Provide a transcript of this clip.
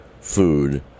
food